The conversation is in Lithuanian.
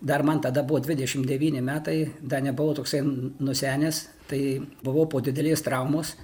dar man tada buvo dvidešimt devyni metai dar nebuvau toksai nusenęs tai buvau po didelės traumos